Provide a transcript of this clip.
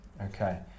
Okay